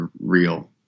real